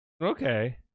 Okay